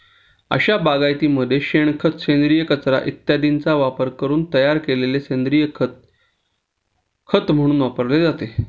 अशा बागायतीमध्ये शेणखत, सेंद्रिय कचरा इत्यादींचा वापरून तयार केलेले सेंद्रिय खत खत म्हणून वापरले जाते